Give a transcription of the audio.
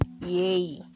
yay